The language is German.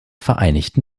vereinigten